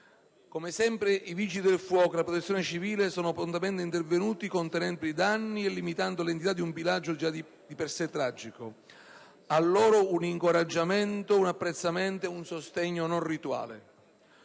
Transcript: Come sempre, Vigili del fuoco e Protezione civile sono prontamente intervenuti contenendo i danni e limitando l'entità di un bilancio di per sé tragico. A loro rivolgo un incoraggiamento, un apprezzamento e un sostegno non rituale.